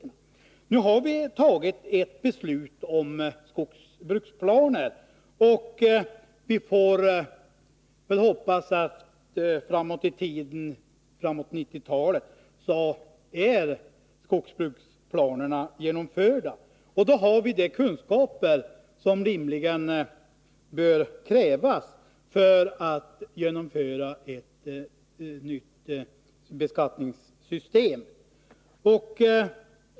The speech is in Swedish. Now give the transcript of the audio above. Nu har vi fattat ett beslut om skogsbruksplaner, och det är väl att hoppas att dessa planer genomförs fram emot 1990-talet. Då har vi också de kunskaper som rimligen bör krävas för att genomföra ett nytt beskattningssystem.